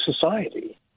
society